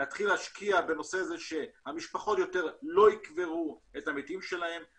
להתחיל להשקיע בזה שהמשפחות לא יקברו יותר את המתים שלהן.